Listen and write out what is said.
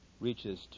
reaches